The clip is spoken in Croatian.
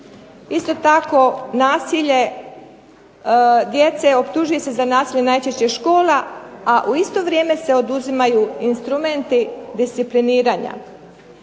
Isto tako, nasilje djece optužuje se za nasilje najčešće škola a u isto vrijeme se oduzimaju instrumenti discipliniranja.